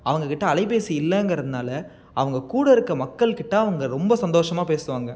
அவங்க கிட்டே அலைபேசி இல்லங்கிறதுனால அவங்க கூட இருக்க மக்கள் கிட்டே அவங்க ரொம்ப சந்தோஷமாக பேசுவாங்க